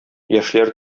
яшьләр